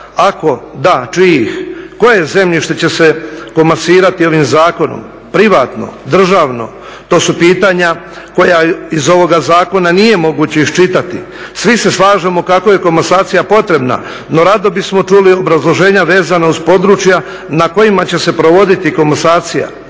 ako, da čijih, koje zemljište će komasirati ovim zakonom, privatno, državno? To su pitanja koja iz ovoga zakona nije moguće iščitati. Svi se slažemo kao je komasacija potrebna, no rado bismo čuli obrazloženja vezana uz područja na kojima će se provoditi komasacija.